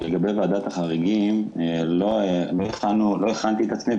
לגבי ועדת החריגים לא הכנתי את עצמי,